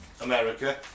America